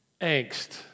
angst